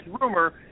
rumor